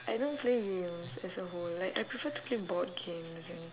I don't play games as a whole like I prefer to play board games and